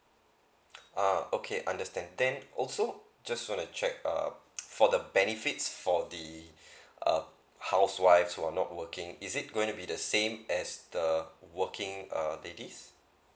ah okay understand then also just wanna check uh up for the benefits for the uh housewives who are not working is it going to be the same as the working err ladies